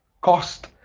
cost